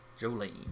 Jolene